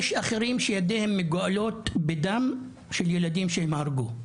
יש אחרים שידיהם מגואלות בדם של ילדים שהם הרגו,